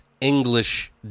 English